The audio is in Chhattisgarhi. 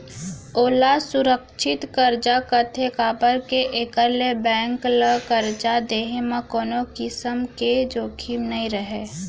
ओला सुरक्छित करजा कथें काबर के एकर ले बेंक ल करजा देहे म कोनों किसम के जोखिम नइ रहय